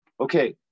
okay